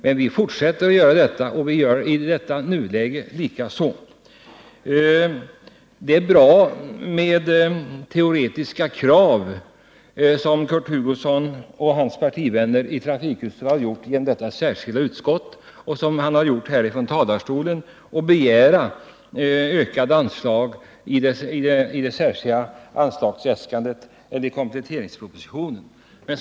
Vi har fortsatt att göra det, och gör det också i dag. Kurt Hugosson och hans partivänner i trafikutskottet har i det särskilda yttrandet och även här i debatten framfört ett teoretiskt krav. Man begär att det skall föreslås ökade anslag i kompletteringsproposition.